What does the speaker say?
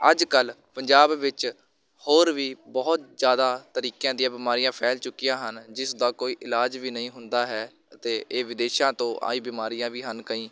ਅੱਜ ਕੱਲ੍ਹ ਪੰਜਾਬ ਵਿੱਚ ਹੋਰ ਵੀ ਬਹੁਤ ਜ਼ਿਆਦਾ ਤਰੀਕਿਆਂ ਦੀਆਂ ਬਿਮਾਰੀਆਂ ਫੈਲ ਚੁੱਕੀਆਂ ਹਨ ਜਿਸ ਦਾ ਕੋਈ ਇਲਾਜ ਵੀ ਨਹੀਂ ਹੁੰਦਾ ਹੈ ਅਤੇ ਇਹ ਵਿਦੇਸ਼ਾਂ ਤੋਂ ਆਈ ਬਿਮਾਰੀਆਂ ਵੀ ਹਨ ਕਈ